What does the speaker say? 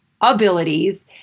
abilities